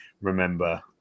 remember